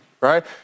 right